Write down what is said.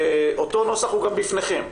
אותו נוסח הוא גם בפניכם.